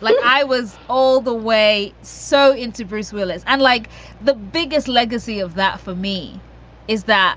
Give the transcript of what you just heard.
but i was all the way so into bruce willis. and like the biggest legacy of that for me is that